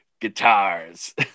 guitars